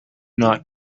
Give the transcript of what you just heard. not